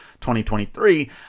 2023